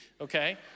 okay